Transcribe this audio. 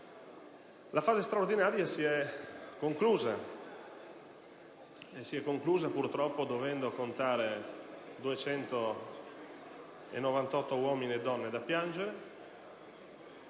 La fase straordinaria si è conclusa - purtroppo dovendo contare 298 uomini e donne da piangere